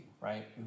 right